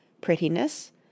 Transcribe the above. prettiness